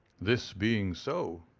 this being so,